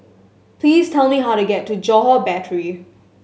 please tell me how to get to Johore Battery